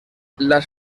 las